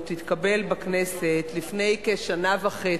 התקבל בכנסת לפני כשנה וחצי.